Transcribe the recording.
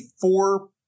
four